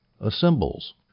assembles